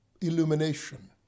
illumination